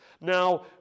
now